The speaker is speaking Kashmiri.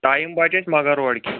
ٹایِم بَچہِ اَسہِ مُغل روڈ کِنۍ